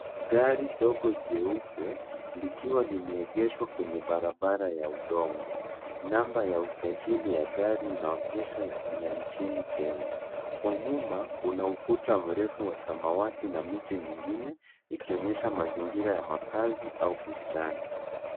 Gari dogo jeupe likiwa limeegeshwa kwenye barabara ya udongo. Namba ya usajili wa gari inaonyesha ni ya nchini Kenya. Kwa nyuma kuna ukuta mrefu wa samawati na miti mingine ikionyesha mazingira ya makazi au bustani.